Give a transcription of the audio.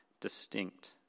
distinct